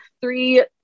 three